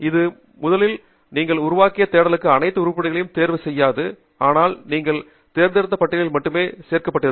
இது முதலில் நீங்கள் உருவாக்கிய தேடலுக்கான அனைத்து உருப்படிகளையும் தேர்வு செய்யாது ஆனால் நீங்கள் தேர்ந்தெடுத்த பட்டியலில் மட்டுமே சேர்க்கப்பட்டிருக்கும்